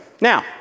Now